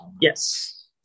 yes